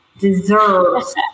deserves